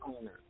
owner